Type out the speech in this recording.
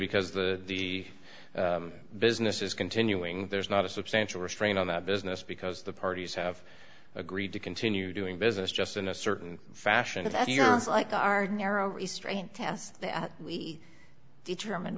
because the the business is continuing there's not a substantial restraint on that business because the parties have agreed to continue doing business just in a certain fashion if you're like our narrow restraint test we determined